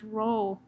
role